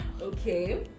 okay